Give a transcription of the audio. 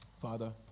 father